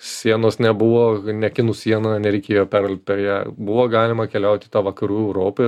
sienos nebuvo ne kinų siena nereikėjo perlipt per ją buvo galima keliaut į tą vakarų europą